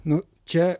nu čia